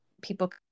people